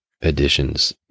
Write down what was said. additions